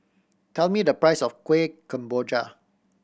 tell me the price of Kuih Kemboja